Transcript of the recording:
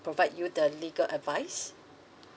provide you the legal advice